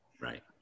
Right